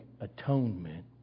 atonement